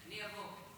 אני אבוא.